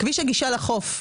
כביש הגישה לחוף,